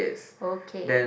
ok